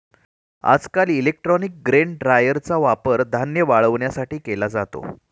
आजकाल electronic grain ड्रायरचा वापर धान्य वाळवण्यासाठी केला जातो